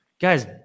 Guys